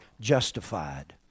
Justified